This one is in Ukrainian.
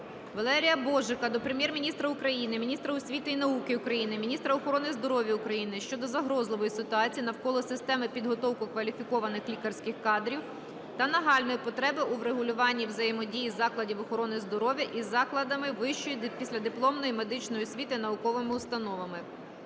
Валерія Божика до Прем'єр-міністра України, міністра освіти і науки України, міністра охорони здоров'я України щодо загрозливої ситуації навколо системи підготовки кваліфікованих лікарських кадрів та нагальної потреби у врегулюванні взаємодії закладів охорони здоров'я із закладами вищої (післядипломної) медичної освіти, науковими установами.